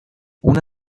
una